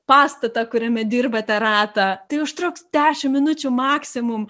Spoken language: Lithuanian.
pastatą kuriame dirbate ratą tai užtruks dešimt minučių maksimum